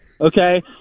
Okay